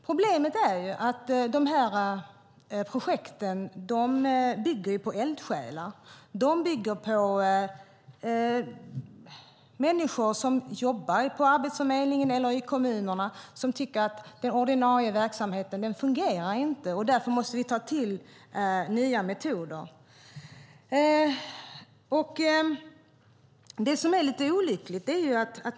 Problemet är att dessa projekt bygger på eldsjälar - människor som jobbar på Arbetsförmedlingen eller i kommunerna och som tycker att den ordinarie verksamheten inte fungerar och att man därför måste ta till nya metoder.